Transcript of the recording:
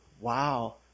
wow